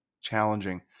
challenging